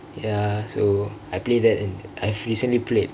ya so I play that and I've recently played